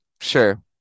sure